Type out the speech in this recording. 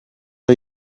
are